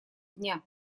дня